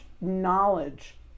knowledge